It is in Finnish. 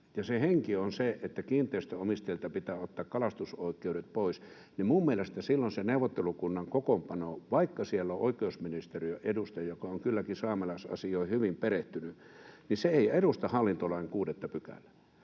ja se henki on se, että kiinteistönomistajilta pitää ottaa kalastusoikeudet pois, niin mielestäni silloin se neuvottelukunnan kokoonpano — vaikka siellä on oikeusministeriön edustaja, joka on kylläkin saamelaisasioihin hyvin perehtynyt — ei edusta hallintolain 6 §:ää.